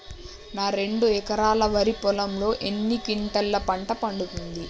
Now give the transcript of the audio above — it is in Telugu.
నా రెండు ఎకరాల వరి పొలంలో ఎన్ని క్వింటాలా పంట పండుతది?